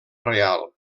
reial